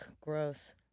gross